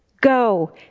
Go